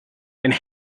and